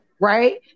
right